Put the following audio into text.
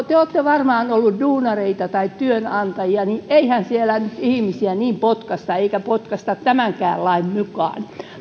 te olette varmaan olleet duunareita tai työnantajia eihän sieltä nyt ihmisiä niin vain potkaista eikä potkaista tämänkään lain mukaan